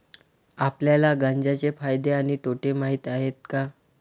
आपल्याला गांजा चे फायदे आणि तोटे माहित आहेत का?